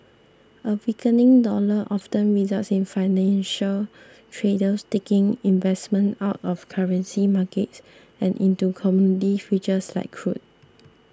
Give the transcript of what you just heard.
a weakening dollar often results in financial traders taking investments out of currency markets and into commodity futures like crude